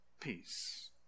peace